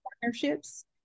partnerships